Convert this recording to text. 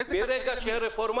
נזק ללולנים?